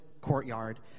courtyard